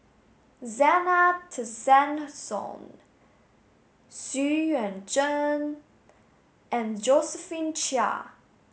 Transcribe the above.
Zena Tessensohn Xu Yuan Zhen and Josephine Chia